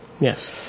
Yes